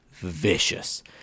vicious